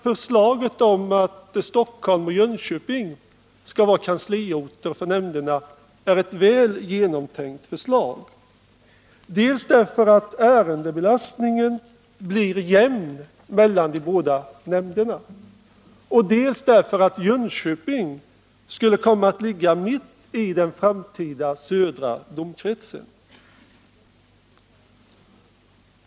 Förslaget att Stockholm och Jönköping skall vara kansliorter för nämnderna är väl genomtänkt, dels därför att ärendebelastningen då blir jämnt fördelad mellan de båda nämnderna, dels därför att Jönköping skulle komma att ligga mitt i den framtida södra domkretsen.